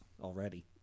already